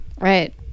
Right